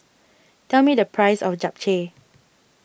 tell me the price of Japchae